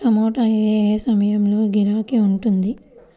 టమాటా ఏ ఏ సమయంలో గిరాకీ ఉంటుంది?